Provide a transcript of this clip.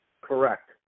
Correct